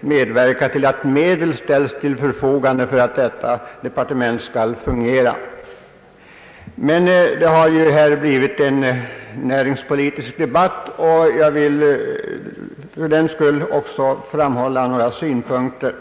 medverka till att medel ställs till förfogande för att detta departement skall kunna fungera. Det har här blivit en näringspolitisk debatt, och jag vill här framföra några synpunkter.